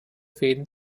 fäden